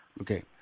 Okay